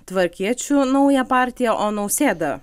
tvarkiečių naują partiją o nausėda